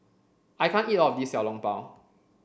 I can't eat all of this Xiao Long Bao